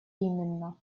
именно